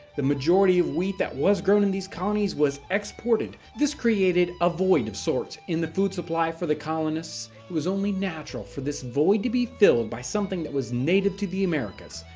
the majority of wheat that was grown in these colonies was exported. this created a void of sorts in the food supply for the colonists. it was only natural for this void to be filled by something that was native to the americas,